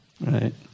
right